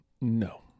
no